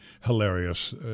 hilarious